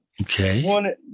Okay